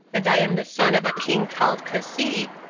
and i am the son of a king called cassib,